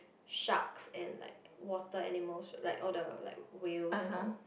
sharks and like water animals like all the like whales and all